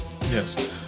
Yes